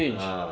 ah